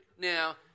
Now